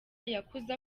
yakuze